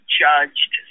judged